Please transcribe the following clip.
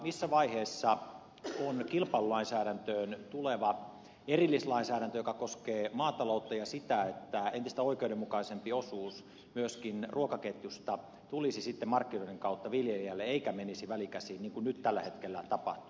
missä vaiheessa on kilpailulainsäädäntöön tuleva erillislainsäädäntö joka koskee maataloutta ja sitä että entistä oikeudenmukaisempi osuus myöskin ruokaketjusta tulisi sitten markkinoiden kautta viljelijälle eikä menisi välikäsiin niin kuin nyt tällä hetkellä tapahtuu